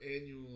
annual